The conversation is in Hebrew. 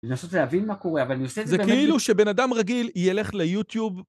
לנסות להבין מה קורה, אבל אני עושה את זה בין אדם רגיל. זה כאילו שבין אדם רגיל ילך ליוטיוב.